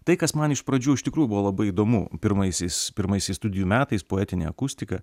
tai kas man iš pradžių iš tikrųjų buvo labai įdomu pirmaisiais pirmaisiais studijų metais poetinė akustika